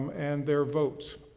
and their votes.